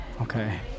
Okay